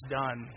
done